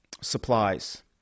supplies